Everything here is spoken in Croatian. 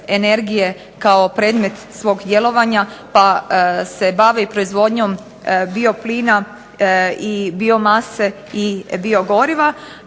energije kao predmet svog djelovanja pa se bave i proizvodnjom bioplina i biomase i biogoriva.